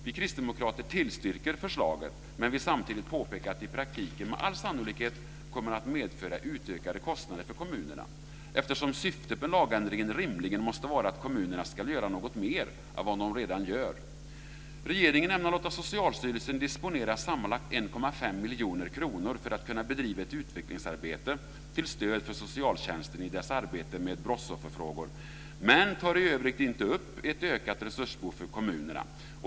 Vi kristdemokrater tillstyrker förslaget, men vill samtidigt påpeka att det i praktiken med all sannolikhet kommer att medföra ökade kostnader för kommunerna, eftersom syftet med lagändringen rimligen måste vara att kommunerna ska göra något mer än de redan gör. Regeringen ämnar låta Socialstyrelsen disponera sammanlagt 1,5 miljoner kronor för att kunna bedriva ett utvecklingsarbete till stöd för socialtjänsten i dess arbete med brottsofferfrågor men tar i övrigt inte upp ett ökat resursbehov för kommunerna.